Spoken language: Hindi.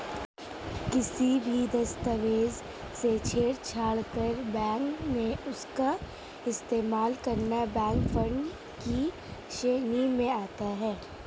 किसी भी दस्तावेज से छेड़छाड़ कर बैंक में उसका इस्तेमाल करना बैंक फ्रॉड की श्रेणी में आता है